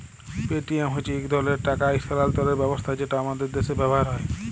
Paytm হছে ইক ধরলের টাকা ইস্থালাল্তরের ব্যবস্থা যেট আমাদের দ্যাশে ব্যাভার হ্যয়